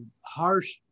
harsh